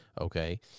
okay